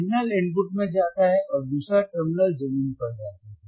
signal input में जाता है और दूसरा टर्मिनल जमीन पर जाता है